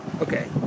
Okay